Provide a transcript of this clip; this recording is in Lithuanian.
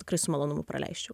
tikrai su malonumu praleisčiau